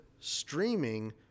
streaming